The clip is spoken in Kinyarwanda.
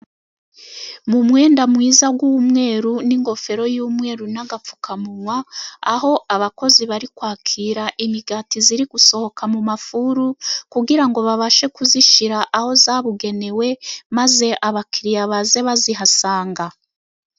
Mu mwenda mwiza w'umweru, n'ingofero y'umweru, n'agapfukamunwa, aho abakozi bari kwakira imigati iri gusohoka mu mafuru, kugira ngo babashe kuyishira ahabugenewe maze abakiriya baze bayihasanga.